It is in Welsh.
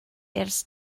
ers